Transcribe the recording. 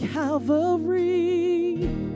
Calvary